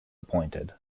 appointed